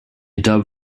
dub